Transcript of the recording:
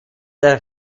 der